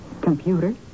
Computer